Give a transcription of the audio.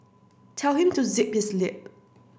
tell him to zip his lip